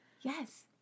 Yes